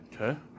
Okay